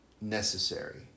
necessary